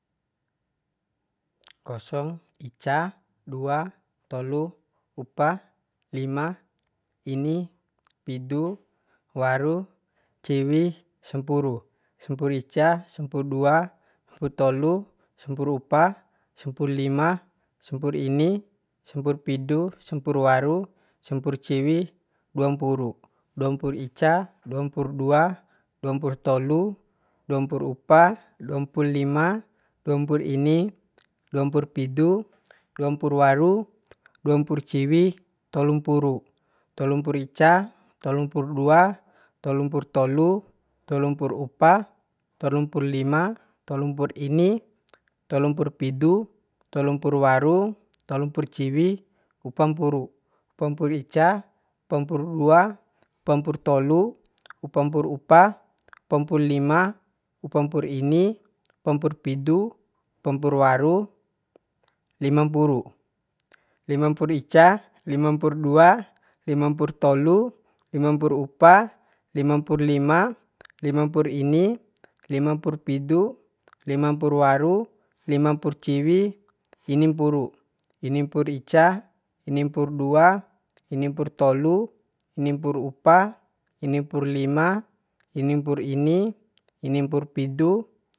Kosong ica dua tolu upa lima ini pidu waru ciwi sampuru sampur ica sampur dua sampur tolu sampuru upa sampur lima sampur ini sampur pidu sampur waru sampur ciwi duampuru duampur ica duampur dua duampur tolu duampur upa duampur lima duampur ini duampur pidu duampur waru duampur ciwi tolu mpuru tolu mpur ica tolu mpur dua tolu mpur tolu tolu mpur upa tolu mpur lima tolu mpur ini tolu mpur pidu tolu mpur waru tolu mpur ciwi upampuru upampur ica upa mpur dua upa mpur tolu upa mpur upa upa mpur lima upa mpur ini upa mpur pidu upa mpur waru lima mpuru lima mpur ica lima mpur dua lima mpur tolu lima mpur upa lima mpur lima lima mpur ini lima mpur pidu lima mpur waru lima mpur ciwi ini mpuru ini mpur ica ini mpur dua ini mpur tolu ini mpur upa ini mpur lima ini mpur ini ini mpur pidu